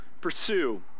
pursue